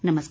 नमस्कार